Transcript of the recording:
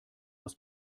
aus